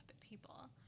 People